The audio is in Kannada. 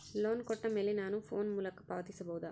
ಲೋನ್ ಕೊಟ್ಟ ಮೇಲೆ ನಾನು ಫೋನ್ ಮೂಲಕ ಪಾವತಿಸಬಹುದಾ?